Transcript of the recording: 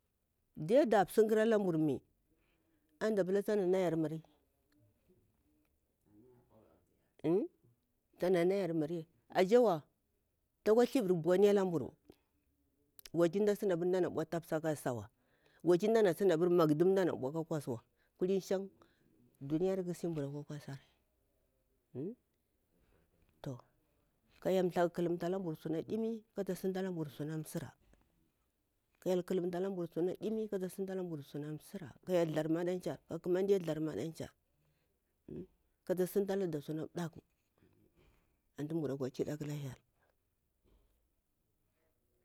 Diya da simƙara lamburu mi antu da pula tana namburu mri tana nayani mri ashe wa takwa thivir boni alam buru, wachi da sin cewa mda ana ɗau tapasa ka simwa, wachi mda ana sin ɓau makdum ka mda simha shan duniya ƙah chanji mda akwa simari to ka hyel thaku kalumta lamburu suna ƙimi kata sinta lamburu suna ƙakku ka hyel thar maɗan char kata sintalamburu suna ɗakku antu mburu kwa ƙida aƙaka hyel.